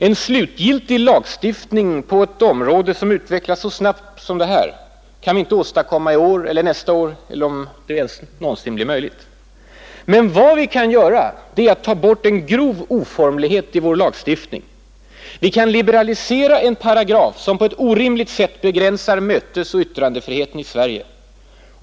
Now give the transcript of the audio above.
En slutgiltig lagstiftning på ett område som utvecklas så snabbt som detta kan vi inte åstadkomma i år eller nästa år, om det ens någonsin blir möjligt. Men vi kan ta bort en grov oformlighet i vår lagstiftning. Vi kan liberalisera en paragraf, som på ett orimligt sätt begränsar mötesoch yttrandefriheten i Sverige.